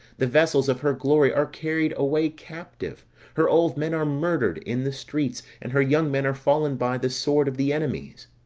the vessels of her glory are carried away captive her old men are murdered in the streets, and her young men are fallen by the sword of the enemies.